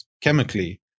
chemically